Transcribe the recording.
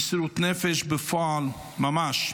מסירות נפש בפועל ממש.